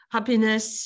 Happiness